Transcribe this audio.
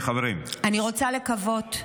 --- חברים, הוויכוח מיותר.